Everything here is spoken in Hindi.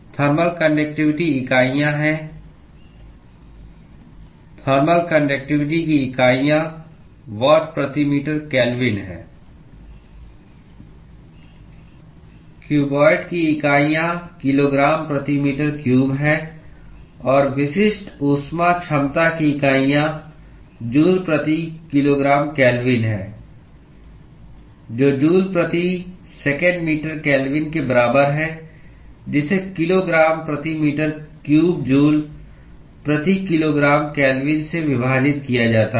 थर्मल कान्डक्टिवटी इकाइयाँ हैं थर्मल कान्डक्टिवटी की इकाइयाँ वाट प्रति मीटर केल्विन है क्यूबॉइड की इकाइयाँ किलोग्राम प्रति मीटर क्यूब है और विशिष्ट ऊष्मा क्षमता की इकाइयाँ जूल प्रति किलोग्राम केल्विन है जो जूल प्रति सेकंड मीटर केल्विन के बराबर है जिसे किलोग्राम प्रति मीटर क्यूब जूल प्रति किलोग्राम केल्विन से विभाजित किया जाता है